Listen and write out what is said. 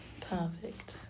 Perfect